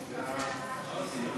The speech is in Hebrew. להעביר